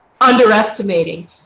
underestimating